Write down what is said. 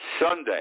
Sunday